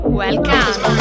welcome